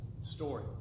story